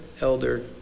elder